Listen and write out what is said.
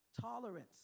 tolerance